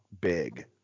big